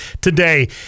today